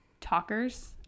talkers